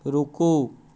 रुकू